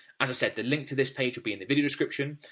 as i said, the link to this page will be in the video description.